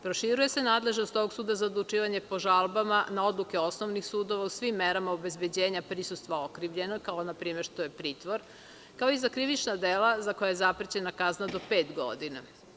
Proširuje se nadležnost ovog suda za odlučivanje po žalbama na odluke osnovnih sudova u svim merama obezbeđenja prisustva okrivljenog, kao npr. što je pritvor, kao i za krivična dela za koja je zaprećena kazna do pet godina.